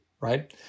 right